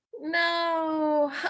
No